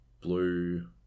Blue